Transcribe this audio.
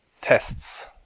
tests